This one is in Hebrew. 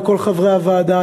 ולכל חברי הוועדה,